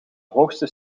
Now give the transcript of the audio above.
hoogste